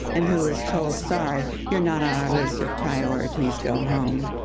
and who is told sorry you're not on our list of priorities, go home.